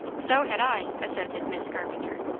so had i, assented miss carpenter.